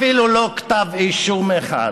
אפילו לא כתב אישום אחד,